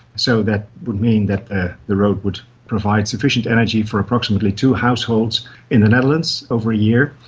so that would mean that the the road would provide sufficient energy for approximately two households in the netherlands over a year.